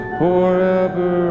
forever